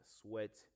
sweat